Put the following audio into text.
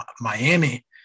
miami